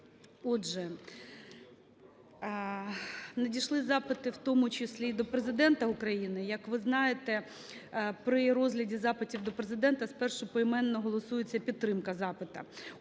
Отже, надійшли запити, в тому числі і до Президента України. Як ви знаєте, при розгляді запитів до Президента спершу поіменно голосується підтримка запита.